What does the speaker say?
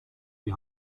die